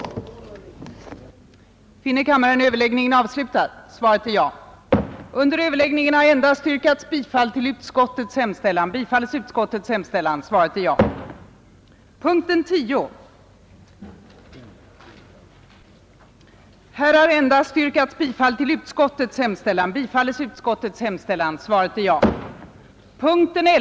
komma upp till det belopp som täckte lönekostnaderna,